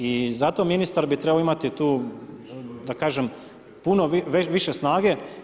I zato ministar bi trebao imati tu, da kažem, puno više snage.